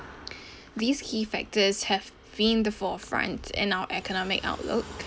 these key factors have been the forefront in our economic outlook